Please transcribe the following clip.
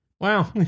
Wow